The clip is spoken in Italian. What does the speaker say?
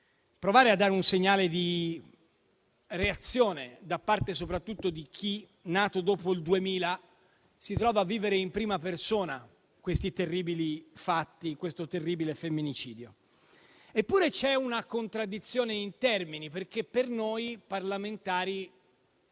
provare a dare un segnale di reazione soprattutto da parte di chi, nato dopo il 2000, si trova a vivere in prima persona questi terribili fatti, questo terribile femminicidio. Eppure, c'è una contraddizione in termini perché, per noi parlamentari,